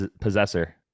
possessor